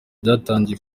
byatangiye